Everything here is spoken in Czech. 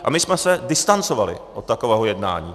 A my jsme se distancovali od takového jednání.